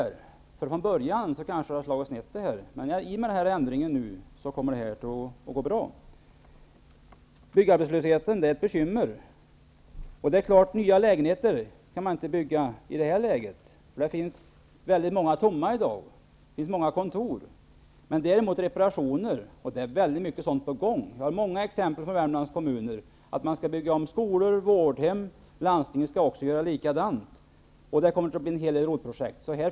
Med det ursprungliga förslaget hade man kanske hamnat snett, men med den nu föreslagna ändringen kommer det att gå bra. Byggarbetslösheten är ett bekymmer. Man skall inte bygga nya lägenheter i detta läge. Många sådana och många kontor står tomma i dag. Däremot är det mycket på gång när det gäller reparationer. Det finns många exempel i Värmlandskommunerna på att skolor och vårdhem skall byggas om, och landstinget skall göra likadant. Därtill kommer en hel del ROT-projekt.